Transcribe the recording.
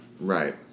Right